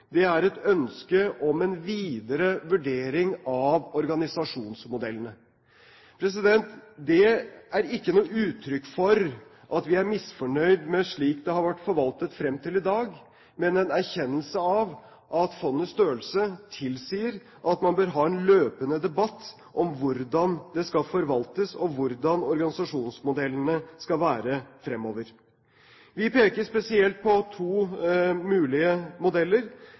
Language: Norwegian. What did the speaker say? er et ønske om en videre vurdering av organisasjonsmodellene. Det er ikke noe uttrykk for at vi er misfornøyd med slik det har vært forvaltet frem til i dag, men en erkjennelse av at fondets størrelse tilsier at man bør ha en løpende debatt om hvordan det skal forvaltes, og hvordan organisasjonsmodellene skal være fremover. Vi peker spesielt på to mulige modeller.